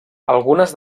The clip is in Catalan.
algunes